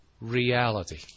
reality